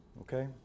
Okay